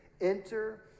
enter